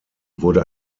wurde